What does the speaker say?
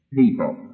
people